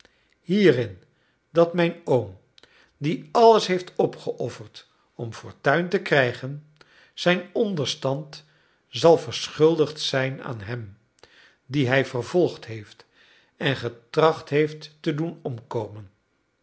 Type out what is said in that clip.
hierin dat mijn oom die alles heeft opgeofferd om fortuin te krijgen zijn onderstand zal verschuldigd zijn aan hem dien hij vervolgd heeft en getracht heeft te doen omkomen